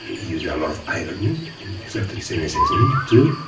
he used a lot of irony and certain cynicism, too.